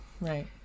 Right